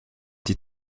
die